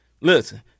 Listen